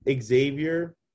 Xavier